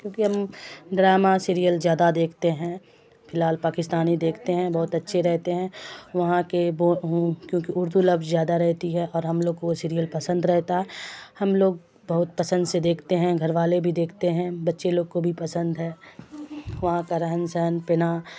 کیونکہ ہم drama serial زیادہ دیکھتے ہیں فی الحال پاکستانی دیکھتے ہیں بہت اچھے رہتے ہیں وہاں کے کیونکہ اردو لفظ زیادہ رہتی ہے اور ہم لوگ کو وہ سیریل پسند رہتا ہے ہم لوگ بہت پسند سے دیکھتے ہیں گھر والے بھی دیکھتے ہیں بچے لوگ کو بھی پسند ہے وہاں کا رہن سہن پینا